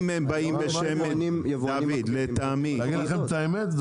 אני אגיד לכם את האמת,